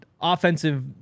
offensive